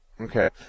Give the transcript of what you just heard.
Okay